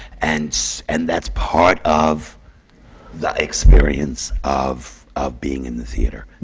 and so and that's part of the experience of of being in the theatre.